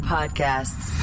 Podcasts